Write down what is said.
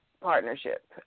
partnership